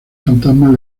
fantasmas